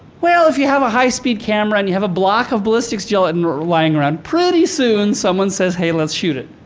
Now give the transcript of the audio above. well, if you have a high-speed camera and you have a block of ballistics gelatin lying around, pretty soon someone says, hey, let's shoot it.